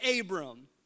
Abram